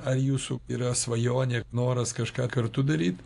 ar jūsų yra svajonė noras kažką kartu daryt